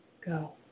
go